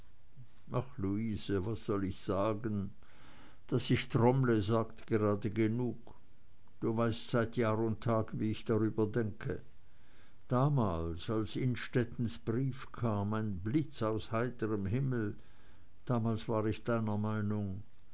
ach luise was soll ich sagen daß ich trommle sagt gerade genug du weißt seit jahr und tag wie ich darüber denke damals als innstettens brief kam ein blitz aus heiterem himmel damals war ich deiner meinung